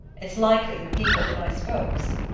it's likely her people were nice folks.